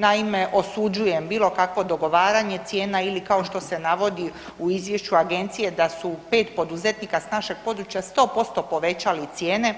Naime, osuđujem bilo kakvo dogovaranje cijena ili kao što se navodi u izvješću agencije da su u pet poduzetnika sa našeg područja sto posto povećali cijene